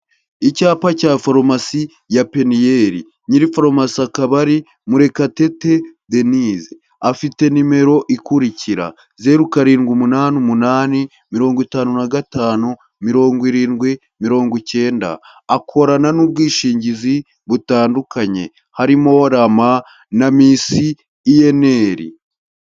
Icyapa cya forumasi ya Peniyel. Nyiri farumasi akaba ari Murekatete Denise afite nimero ikurikira: zeru, karindwi, umunani, umunani, mirongo itanu na gatanu, mirongo irindwi, mirongo cyenda. Akorana n'ubwishingizi butandukanye harimo RAMA na MS/UNR.